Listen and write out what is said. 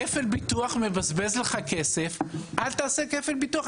כפל ביטוח מבזבז לך כסף, אל תעשה כפל ביטוח.